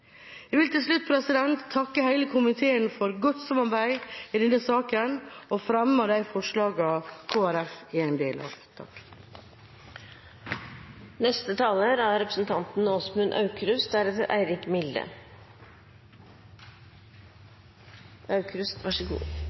Jeg vil til slutt takke hele komiteen for godt samarbeid i denne saken og anbefale komiteens innstilling. Jeg er